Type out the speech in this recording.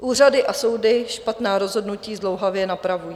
Úřady a soudy špatná rozhodnutí zdlouhavě napravují.